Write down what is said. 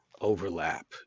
overlap